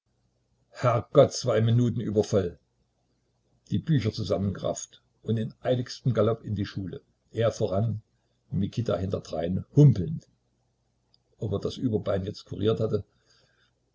herrgott zwei minuten über voll die bücher zusammengerafft und in eiligstem galopp in die schule er voran mikita hinterdrein humpelnd ob er das überbein jetzt kuriert hatte